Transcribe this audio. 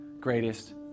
greatest